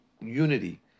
unity